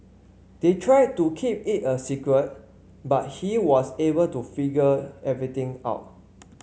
they tried to keep it a secret but he was able to figure everything out